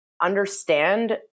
understand